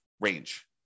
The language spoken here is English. range